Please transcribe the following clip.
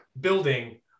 building